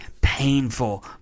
painful